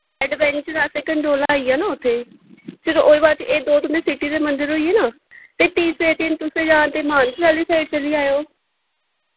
adventure आस्तै gondola आई गेआ ना उत्थै फिर ओह्दे बाच एह् दो तुं'दे सिटी दे मंदर होई गे ना ते तीसरे दिन तुस जां ते मानसर आह्ली साइड चली जाओ